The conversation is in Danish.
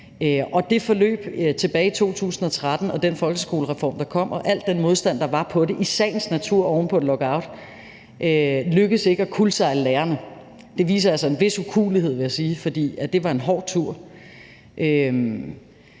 det forløb tilbage i 2013 og den folkeskolereform, der kom, med al den modstand, der i sagens natur var imod det oven på en lockout, lykkedes ikke med at kuldsejle lærerne. Det viser altså en vis ukuelighed, vil jeg sige, for det var en hård tur.